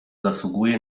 zasługuje